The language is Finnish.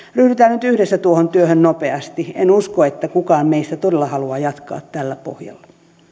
nyt yhdessä tuohon työhön nopeasti en usko että kukaan meistä todella haluaa jatkaa tällä pohjalla